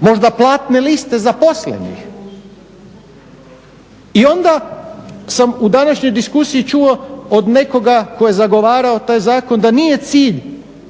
možda platne liste zaposlenih? I onda sam u današnjoj diskusiji čuo od nekoga tko je zagovarao taj zakon da nije cilj